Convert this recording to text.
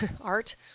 Art